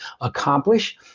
accomplish